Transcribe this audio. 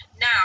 now